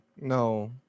no